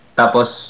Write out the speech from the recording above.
tapos